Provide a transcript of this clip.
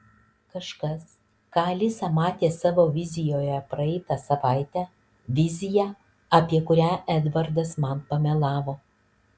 kažkas ką alisa matė savo vizijoje praeitą savaitę viziją apie kurią edvardas man pamelavo